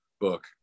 book